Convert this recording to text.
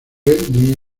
muy